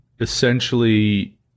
Essentially